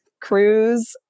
cruise